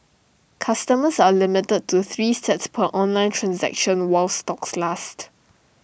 customers are limited to three sets per online transaction while stocks last